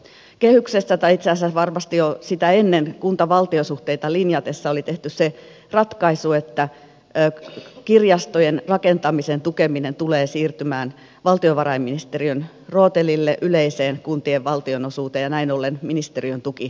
kehyksessä tai itse asiassa varmasti jo sitä ennen kuntavaltio suhteita linjattaessa oli tehty se ratkaisu että kirjastojen rakentamisen tukeminen tulee siirtymään valtiovarainministeriön rootelille yleiseen kuntien valtionosuuteen ja näin ollen ministeriön tuki lakkaisi